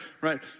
Right